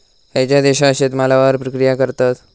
खयच्या देशात शेतमालावर प्रक्रिया करतत?